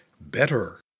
better